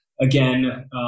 again